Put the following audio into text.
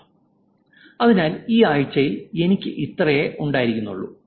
Refer Slide Time 4116 അതിനാൽ ഈ ആഴ്ചയിൽ എനിക്ക് ഇത്രയേ ഉണ്ടായിരുന്നുള്ളൂ